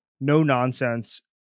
no-nonsense